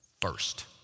first